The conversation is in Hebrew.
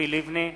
ציפי לבני,